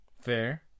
Fair